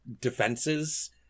defenses